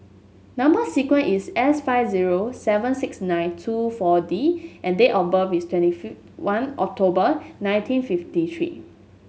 number sequence is S five zero seven six nine two four D and date of birth is twenty one October nineteen fifty three